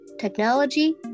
technology